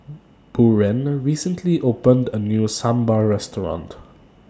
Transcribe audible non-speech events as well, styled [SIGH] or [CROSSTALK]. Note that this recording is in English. [NOISE] Buren recently opened A New Sambar Restaurant